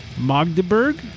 magdeburg